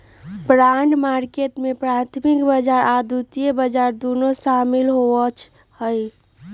bond market में प्राथमिक बजार आऽ द्वितीयक बजार दुन्नो सामिल होइ छइ